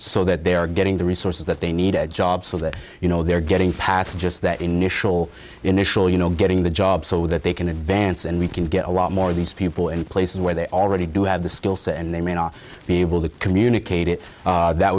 so that they're getting the resources that they need a job so that you know they're getting past just that initial initial you know getting the job so that they can advance and we can get a lot more of these people in places where they already do have the skill set and they may not be able to communicate it that